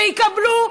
שיקבלו,